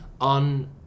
on